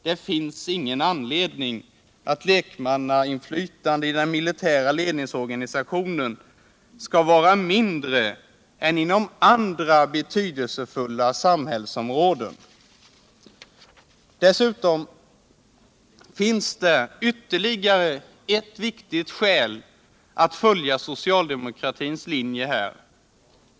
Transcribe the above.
Det finns ingen anledning att lekmannainflytande i den militära ledningsorganisationen skall vara mindre än inom andra betydelsefulla samhällsområden. Dessutom finns ytterligare ett viktigt skäl att följa socialdemokraternas linje här.